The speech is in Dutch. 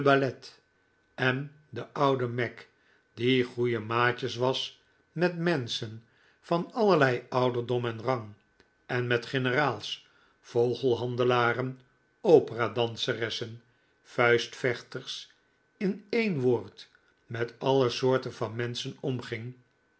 en de oude mac die goeie maatjes was met menschen van allerlei ouderdom en rang en met generaals vogelhandelaren operadanseressen vuistvechters in een woord met alle soorten van menschen omging